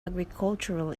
agricultural